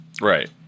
Right